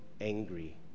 angry